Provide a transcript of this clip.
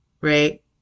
right